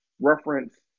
reference